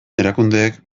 erakundeek